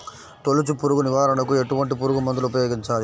తొలుచు పురుగు నివారణకు ఎటువంటి పురుగుమందులు ఉపయోగించాలి?